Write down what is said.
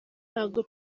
ntago